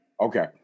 okay